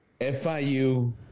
FIU